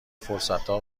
فرصتها